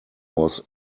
was